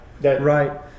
Right